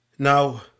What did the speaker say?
Now